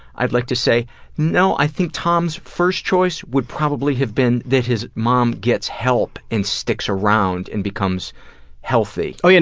i'd like to say no, i think tom's first choice would probably have been that his mom gets help and sticks around and becomes healthy. and